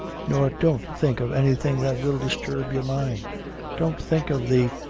nor don't think of anything that will disturb your mind don't think of the,